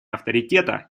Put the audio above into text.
авторитета